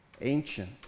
ancient